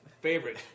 favorite